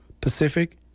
Pacific